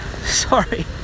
Sorry